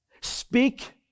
speak